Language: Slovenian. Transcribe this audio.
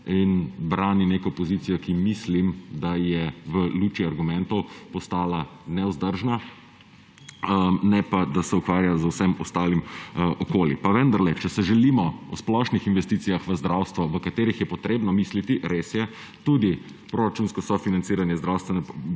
in brani neko pozicijo, za katero mislim, da je v luči argumentov postala nevzdržna; ne pa da se ukvarja z vsem ostalim. Pa vendar, če se želimo pogovarjati o splošnih investicijah v zdravstvo, v katerih je treba misliti, res je, tudi proračunsko sofinanciranje zdravstvene